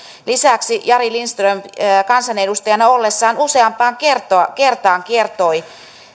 lisäksi jari lindström kansanedustajana ollessaan useampaan kertaan kertoi